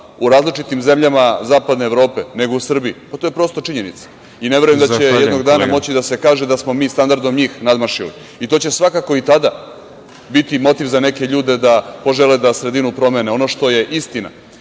u različitim zemljama zapadne Evrope nego u Srbiji, to je prosto činjenica i ne verujem da će jednog dana moći da se kaže da smo mi standardom njih nadmašili. To će svakako i tada biti motiv za neke ljude da požele da sredinu promene. Ono što je istina,